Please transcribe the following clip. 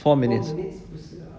four minutes